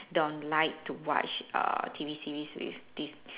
don't like to watch err T_V series with this